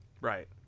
Right